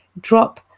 drop